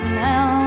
now